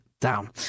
down